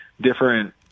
different